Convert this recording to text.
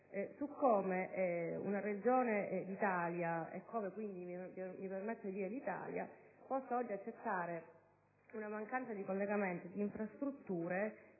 su come una Regione d'Italia (quindi mi permetto di dire l'Italia) possa accettare una mancanza di collegamenti e di infrastrutture